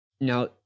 Now